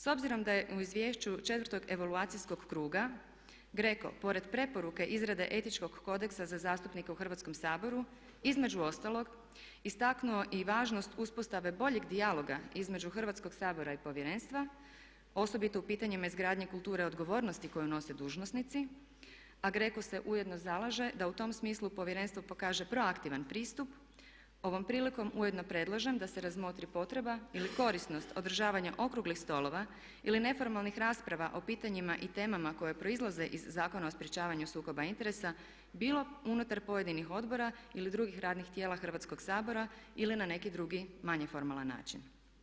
S obzirom da je u izvješću 4. evaluacijskog kruga GRECO pored preporuke izrade etičkog kodeksa za zastupnike u Hrvatskom saboru između ostalog istaknuo i važnost uspostave boljeg dijaloga između Hrvatskog sabora i povjerenstva, osobito u pitanjima izgradnje kulture odgovornosti koju nose dužnosnici, a GRECO se ujedno zalaže da u tom smislu povjerenstvo pokaže proaktivan pristup ovom prilikom ujedno predlažem da se razmotri potreba ili korisnost održavanja okruglih stolova ili neformalnih rasprava o pitanjima i temama koje proizlaze iz Zakona o sprječavanju sukoba interesa bilo unutar pojedinih odbora ili drugih radnih tijela Hrvatskog sabora ili na neki drugi manje formalan način.